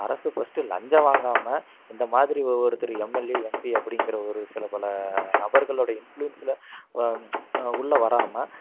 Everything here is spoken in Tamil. அரசு ஃபர்ஸ்ட்டு லஞ்சம் வாங்காம இந்த மாதிரி ஒருத்தர் எம்எல்ஏ எம்பி அப்படிங்கிற ஒரு சில பல நபர்களுடைய இன்ஃப்ளூயன்ஸில் உள்ள வராம